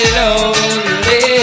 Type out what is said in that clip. lonely